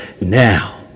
Now